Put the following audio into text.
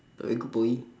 very good boy